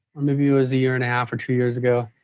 maybe it was a year and a half, or two years ago.